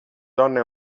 donna